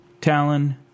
Talon